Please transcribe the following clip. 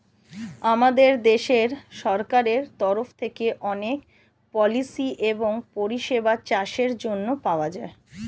আমাদের দেশের সরকারের তরফ থেকে অনেক পলিসি এবং পরিষেবা চাষের জন্যে পাওয়া যায়